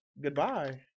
Goodbye